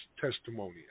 testimony